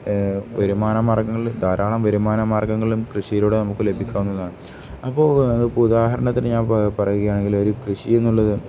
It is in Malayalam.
വരുമാന മാർഗങ്ങളിൽ ധാരാളം വരുമാന മാർഗ്ഗങ്ങളിലും കൃഷിയിലൂടെ നമുക്ക് ലഭിക്കാവുന്നതാണ് അപ്പോൾ ഇപ്പം ഉദാഹരണത്തിന് ഞാൻ പറയുകയാണെങ്കിൽ ഒരു കൃഷി എന്നുള്ളത്